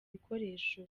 bikoresho